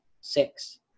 six